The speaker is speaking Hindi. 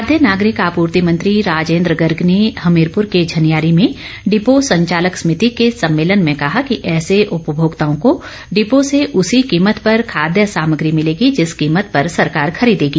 खाद्य नागरिक आपूर्ति मंत्री राजेन्द्र गर्ग ने हमीरपुर के झनियारी में डिपो संचालक समिति के सम्मेलन में कहा कि ऐसे उपभोक्ताओं को डिपो से उसी कीमत पर खाद्य सामग्री मिलेगी जिस कीमत पर सरकार खरीदेगी